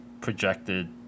projected